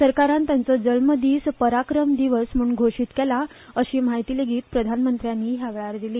सरकारान तांचो जल्म दीस पराक्रम दिवस म्हूण घोशीत केला अशी म्हायतीय प्रधानमंत्र्यांनी ह्या वेळार दिली